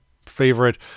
favorite